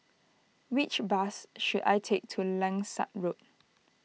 which bus should I take to Langsat Road